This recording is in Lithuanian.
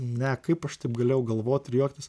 ne kaip aš taip galėjau galvoti ir juoktis